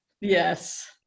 Yes